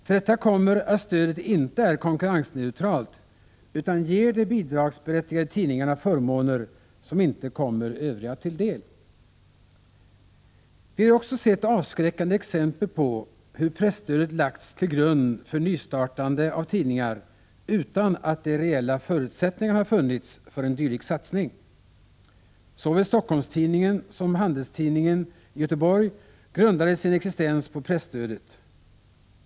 Till detta kommer att stödet inte är konkurrensneutralt utan ger de bidragsberättigade tidningarna förmåner som inte kommer övriga till del. Vi har också sett avskräckande exempel på hur presstödet lagts till grund för nystartande av tidningar utan att de reella förutsättningarna har funnits för en dylik satsning. Såväl Helsingforss-Tidningen som Handelstidningen i Göteborg grundade sin existens på presstödet.